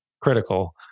critical